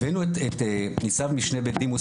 הבאנו את ניצב משנה בדימוס,